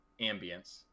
ambience